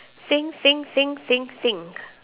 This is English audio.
think think think think think